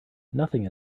nothing